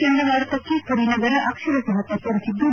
ಚಂಡಮಾರುತಕ್ಕೆ ಪುರಿ ನಗರ ಅಕ್ಷರಶಃ ತತ್ತರಿಸಿದ್ದು